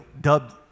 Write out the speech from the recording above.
dubbed